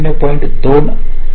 1 हे 0